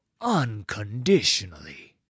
unconditionally